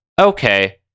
okay